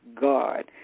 God